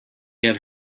had